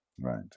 Right